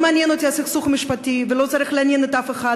לא מעניין אותי הסכסוך המשפטי וזה לא צריך לעניין אף אחד.